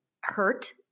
hurt